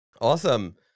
Awesome